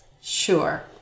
Sure